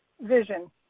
Vision